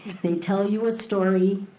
they tell you a story,